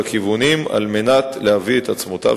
תשובת ראש הממשלה בנימין נתניהו: (לא נקראה,